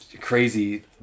crazy